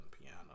piano